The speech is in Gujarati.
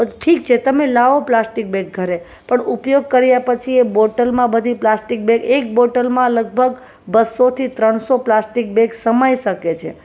પણ ઠીક છે તમે લાવો પ્લાસ્ટિક બેગ ઘરે પણ ઉપયોગ કર્યાં પછી એ બોટલમાં બધી પ્લાસ્ટિક બેગ એક બોટલમાં લગભગ બસોથી ત્રણસો પ્લાસ્ટિક બેગ સમાઈ શકે છે